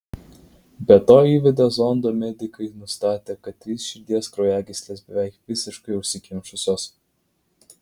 be to įvedę zondą medikai nustatė kad trys širdies kraujagyslės beveik visiškai užsikimšusios